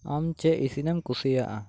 ᱟᱢ ᱪᱮᱫ ᱤᱥᱤᱱᱮᱢ ᱠᱩᱥᱤᱭᱟᱜᱼᱟ